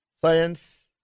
science